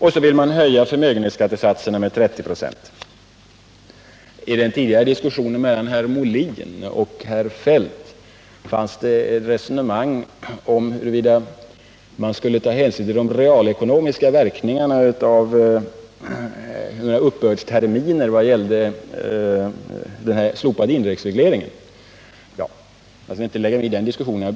Sedan vill man höja förmögenhetsskattesatserna med 30 96. I den tidigare diskussionen mellan herr Molin och herr Feldt fanns ett resonemang om huruvida man skulle ta hänsyn till de reala ekonomiska verkningarna av uppbördsterminerna vad gällde slopandet av indexregleringen. Jag skall inte lägga mig i den diskussionen.